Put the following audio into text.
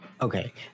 Okay